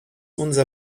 unser